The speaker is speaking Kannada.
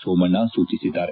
ಸೋಮಣ್ಣ ಸೂಚಿಸಿದ್ದಾರೆ